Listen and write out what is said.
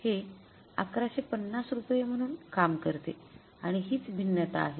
हे ११५० रुपये म्हणून काम करते आणि हीच भिन्नता आहे